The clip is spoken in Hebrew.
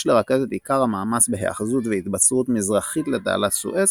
יש לרכז את עיקר המאמץ בהיאחזות והתבצרות מזרחית לתעלת סואץ